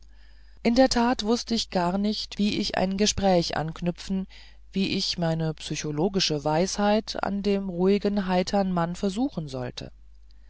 in der tat wußt ich gar nicht wie ich ein gespräch anknüpfen wie ich meine psychologische weisheit an dem ruhigen heitern mann versuchen sollte